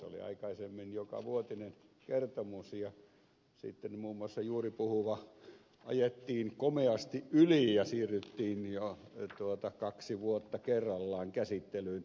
oli aikaisemmin jokavuotinen kertomus ja sitten muun muassa juuri puhuva ajettiin komeasti yli ja siirryttiin kaksi vuotta kerrallaan käsittelyyn